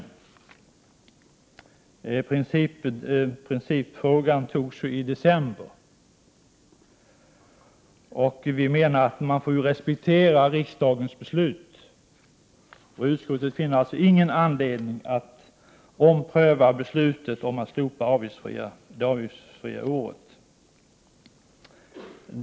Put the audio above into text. Beslut i principfrågan fattades i december. Vi menar att man måste respektera riksdagens beslut. Utskottet finner således ingen anledning att ompröva beslutet om att slopa det avgiftsfria året.